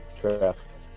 traps